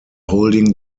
holding